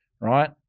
right